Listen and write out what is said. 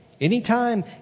Anytime